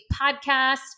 podcast